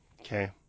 okay